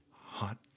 Hot